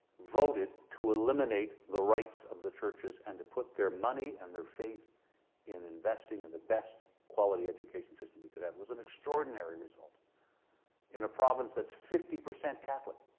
voted to eliminate the rights of the churches and to put their money and their faith in investing in the best quality education system we could have. it was an extraordinary result in a province that's fifty percent catholic.